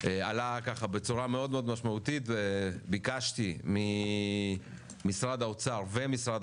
עלה בצורה מאוד משמעותית וביקשתי ממשרד האוצר ומשרד